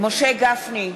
משה גפני,